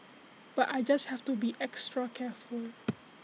but I just have to be extra careful